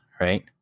right